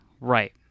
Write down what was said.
Right